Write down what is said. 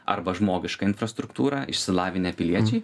arba žmogiška infrastruktūra išsilavinę piliečiai